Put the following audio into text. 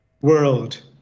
world